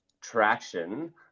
traction